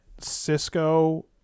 Cisco